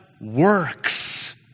works